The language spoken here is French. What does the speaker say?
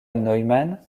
neumann